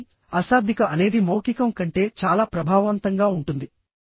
కాబట్టి అశాబ్దిక అనేది మౌఖికం కంటే చాలా ప్రభావవంతంగా ఉంటుంది